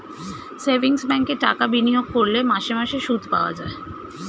savings ব্যাঙ্কে টাকা বিনিয়োগ করলে মাসে মাসে সুদ পাওয়া যায়